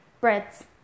breads